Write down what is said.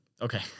Okay